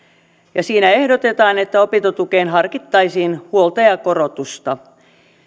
siinä ehdotetaan että opintotukeen harkittaisiin huoltajakorotusta